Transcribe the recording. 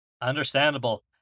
understandable